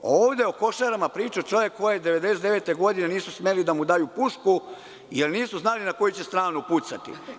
Ovde o Košarama priča čovek kome 1999. godine nisu smeli da daju pušku jer nisu znali na koju će stranu pucati.